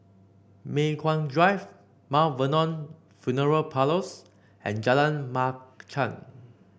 Mei Hwan Drive Mount Vernon Funeral Parlours and Jalan Machang